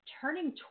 turning